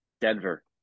Denver